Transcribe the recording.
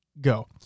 go